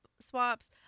swaps